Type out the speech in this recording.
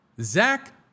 Zach